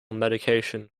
medication